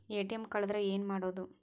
ATM ಕಳದ್ರ ಏನು ಮಾಡೋದು?